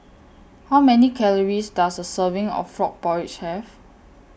How Many Calories Does A Serving of Frog Porridge Have